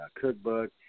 cookbook